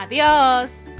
Adios